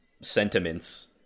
sentiments